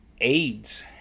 AIDS